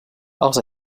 els